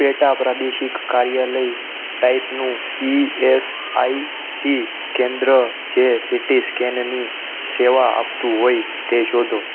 પેટા પ્રાદેશિક કાર્યાલય ટાઈપનું ઈએસઆઇસી કેન્દ્ર જે સીટી સ્કેનની સેવા આપતું હોય તે શોધો